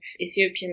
Ethiopian